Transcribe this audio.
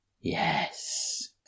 yes